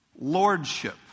lordship